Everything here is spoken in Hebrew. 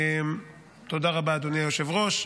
תודה רבה, אדוני היושב-ראש.